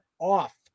off